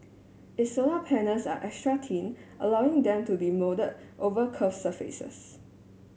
its solar panels are extra thin allowing them to be moulded over curved surfaces